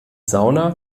sauna